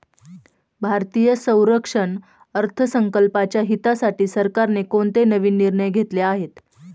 भारतीय संरक्षण अर्थसंकल्पाच्या हितासाठी सरकारने कोणते नवीन निर्णय घेतले आहेत?